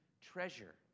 treasure